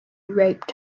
raped